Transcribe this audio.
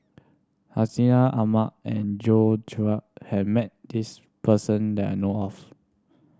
Hartinah Ahmad and George has met this person that I know of